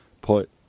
put